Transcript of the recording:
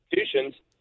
institutions